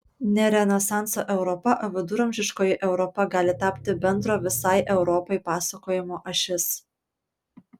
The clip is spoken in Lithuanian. ne renesanso europa o viduramžiškoji europa gali tapti bendro visai europai pasakojimo ašis